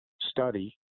study